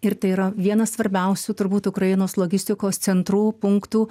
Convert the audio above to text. ir tai yra vienas svarbiausių turbūt ukrainos logistikos centrų punktų